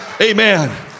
Amen